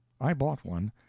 i bought one,